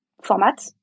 format